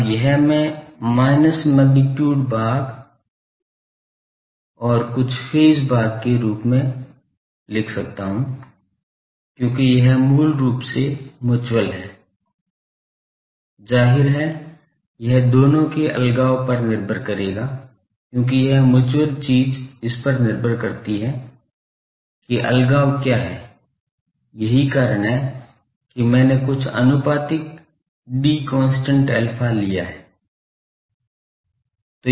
अब यह मैं माइनस मैगनीट्यूड भाग और कुछ फेज भाग के रूप में लिख सकता हूं क्योंकि यह मूल रूप से मुच्यूअल है जाहिर है यह दोनों के अलगाव पर निर्भर करेगा क्योंकि यह मुच्यूअल चीज़ इस पर निर्भर करती है कि अलगाव क्या है यही कारण है कि मैंने कुछ आनुपातिक d constant alpha लिया है